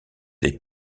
des